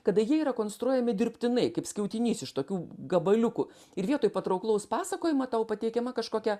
kada jie yra konstruojami dirbtinai kaip skaitinys iš tokių gabaliukų ir vietoj patrauklaus pasakojimo tau pateikiama kažkokia